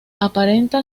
aparenta